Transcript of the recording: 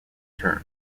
turn